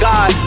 God